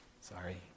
Sorry